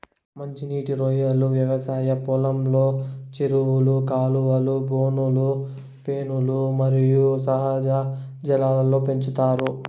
మంచి నీటి రొయ్యలను వ్యవసాయ పొలంలో, చెరువులు, కాలువలు, బోనులు, పెన్నులు మరియు సహజ జలాల్లో పెంచుతారు